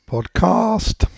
Podcast